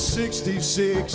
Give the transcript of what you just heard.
sixty six